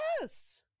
Yes